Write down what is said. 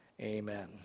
amen